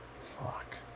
Fuck